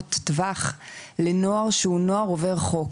ארוכות טווח לנוער שהוא נוער עובר חוק,